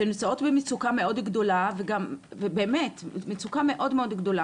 שנמצאות במצוקה מאוד גדול וגם באמת מצוקה מאוד-מאוד גדולה,